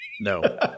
No